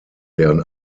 deren